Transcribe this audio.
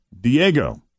Diego